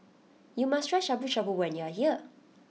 you must try Shabu Shabu when you are here